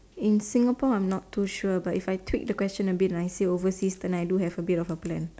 in Singapore I'm not too sure but if I tweak the question a bit and I say overseas then I do have a bit of a plan